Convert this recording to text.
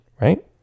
right